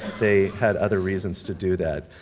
they had other reasons to do that.